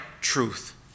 truth